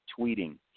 tweeting